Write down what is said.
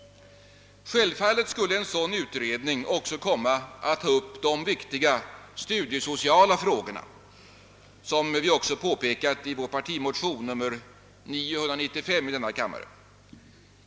Självfallet skulle en sådan utredning också komma att ta upp de viktiga studiesociala frågorna, såsom vi påpekat i vår partimotion nr 995 i denna kammare.